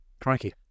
Crikey